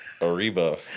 Arriba